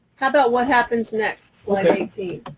how about what happens next, slide eighteen?